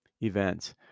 events